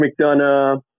McDonough